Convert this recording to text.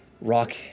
rock